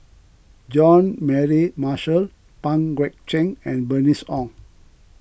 Jean Mary Marshall Pang Guek Cheng and Bernice Ong